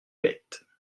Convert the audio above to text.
bêtes